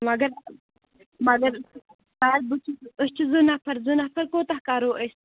مگرمگر أسۍ چھِ زٕ نَفر زٕ نَفر کوٗتاہ کَرو أسۍ